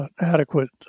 adequate